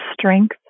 strength